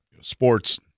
Sports